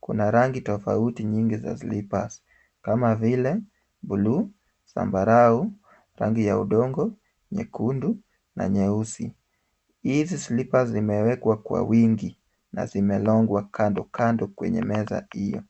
Kuna rangi tofauti nyingi za slippers , kama vile ; buluu , zambarau ,rangi ya udongo , nyekundu na nyeusi . Hizi slippers zimewekwa kwa wingi na zimelongwa kando kando kwenye meza hiyo .